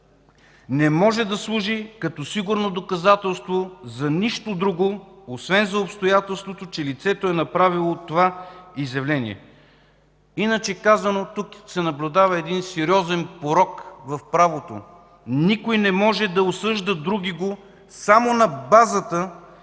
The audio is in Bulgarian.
не може да служи като сигурно доказателство за нищо друго, освен за обстоятелството, че лицето е направило това изявление. Тук се наблюдава един сериозен урок в правото – никой не може да осъжда другиго само на базата